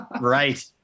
Right